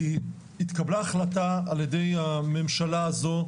כי התקבלה החלטה על ידי הממשלה הזו,